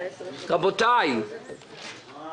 גם